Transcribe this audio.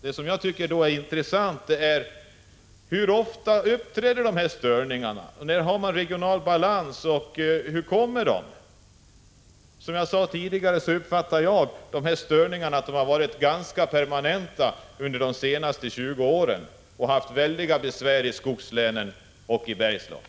Det tycker jag är intressant. Hur ofta uppträder dessa störningar, när har man regional balans, och hur kommer den till? Som jag sade tidigare uppfattar jag störningarna som ganska permanenta under de senaste 20 åren, och det har vi haft väldiga besvär med i skogslänen och Bergslagen.